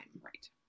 Right